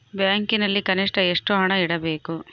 ಬ್ಯಾಂಕಿನಲ್ಲಿ ಕನಿಷ್ಟ ಎಷ್ಟು ಹಣ ಇಡಬೇಕು?